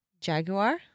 Jaguar